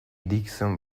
dickinson